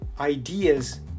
ideas